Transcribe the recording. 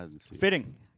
Fitting